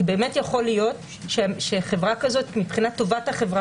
כי באמת יכול להיות שחברה כזאת מבחינת טובת החברה,